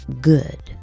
good